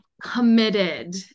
committed